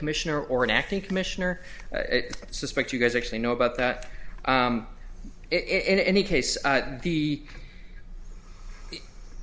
commissioner or an acting commissioner it suspect you guys actually know about that in any case the